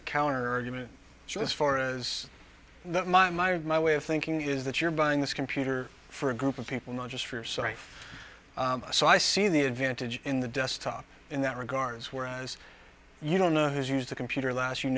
the counterargument she was for is that my my my way of thinking is that you're buying this computer for a group of people not just for sight so i see the advantage in the desktop in that regards whereas you don't know who's used the computer last you